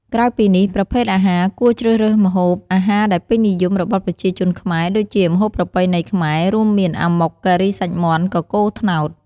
ក្រៅពីនេះ ប្រភេទអាហារគួរជ្រើសរើសម្ហូបអាហារដែលពេញនិយមរបស់ប្រជាជនខ្មែរ ដូចជា ម្ហូបប្រពៃណីខ្មែរ រួមមាន អាម៉ុក ការីសាច់មាន់ កកូរត្នោត។